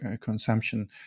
consumption